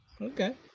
Okay